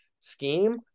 scheme